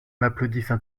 m’applaudissent